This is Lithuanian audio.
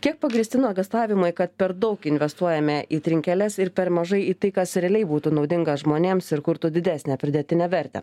kiek pagrįsti nuogąstavimai kad per daug investuojame į trinkeles ir per mažai į tai kas realiai būtų naudinga žmonėms ir kurtų didesnę pridėtinę vertę